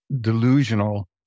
delusional